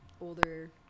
older